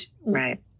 Right